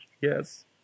Yes